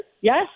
Yes